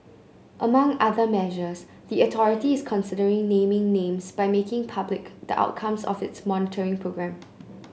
among other measures the authority is considering naming names by making public the outcomes of its monitoring programme